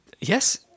yes